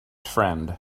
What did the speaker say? friend